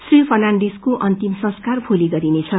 श्री फर्फनाडिजको अन्तिम संस्कार भोली गरिनेछ